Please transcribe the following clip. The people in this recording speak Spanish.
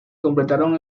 completaron